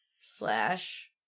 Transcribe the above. slash